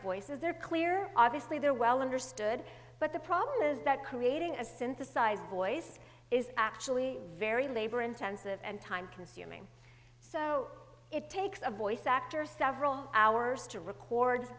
voices are clear obviously they're well understood but the problem is that creating a synthesized voice is actually very labor intensive and time consuming so it takes a voice actor several hours to record